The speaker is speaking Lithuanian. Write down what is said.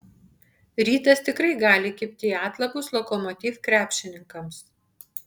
rytas tikrai gali kibti į atlapus lokomotiv krepšininkams